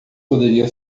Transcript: poderia